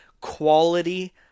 quality